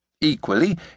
Equally